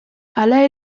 hala